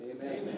amen